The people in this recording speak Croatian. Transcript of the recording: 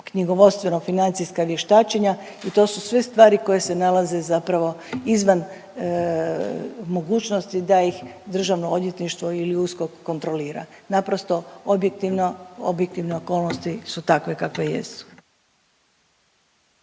knjigovodstveno-financijska vještačenja i to su sve stvari koje se nalaze zapravo izvan mogućnosti da ih Državno odvjetništvo ili USKOK kontrolira. Naprosto objektivne okolnosti su takve kakve jesu.